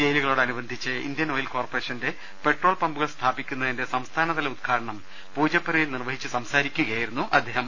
ജയിലുകളോടനുബന്ധിച്ച് Indian Oil കോർപറേഷന്റെ petrol പമ്പുകൾ സ്ഥാപിക്കുന്നതിന്റെ സംസ്ഥാനതല ഉദ്ഘാടനം പൂജപ്പുരയിൽ നിർവഹിച്ചു സംസാ രിക്കുകയായിരുന്നു അദ്ദേഹം